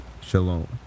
shalom